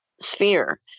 sphere